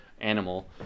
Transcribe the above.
animal